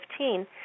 2015